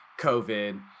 COVID